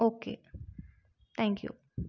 okay thank you